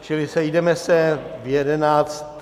Čili sejdeme se v jedenáct...